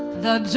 the